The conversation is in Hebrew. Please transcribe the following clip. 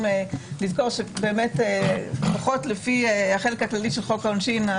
לזכור שלפחות לפי החלק הכללי של חוק העונשין,